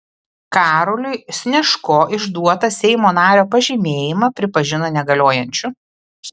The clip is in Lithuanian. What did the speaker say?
karoliui snežko išduotą seimo nario pažymėjimą pripažino negaliojančiu